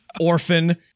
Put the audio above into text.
orphan